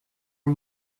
are